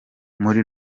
muri